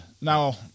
Now